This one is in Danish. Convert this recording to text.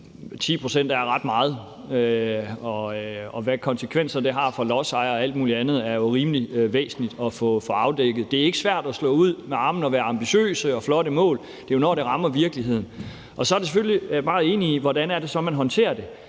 pct. er ret meget, og hvilke konsekvenser det har for lodsejere og alt mulig andet er jo rimelig væsentligt at få afdækket. Det er ikke svært at slå ud med armene og være ambitiøs og have flotte mål – det er jo, når det rammer virkeligheden, at det bliver svært. Så handler det selvfølgelig meget om, hvordan det så er, man håndterer det.